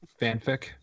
fanfic